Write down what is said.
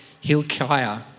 Hilkiah